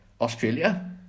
Australia